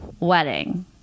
wedding